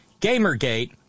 Gamergate